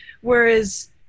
whereas